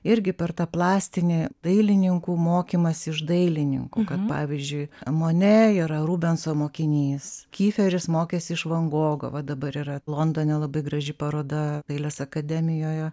irgi per tą plastinį dailininkų mokymąsi iš dailininkų kad pavyzdžiui monė yra rubenso mokinys kiferis mokėsi iš van gogo va dabar yra londone labai graži paroda dailės akademijoje